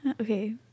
Okay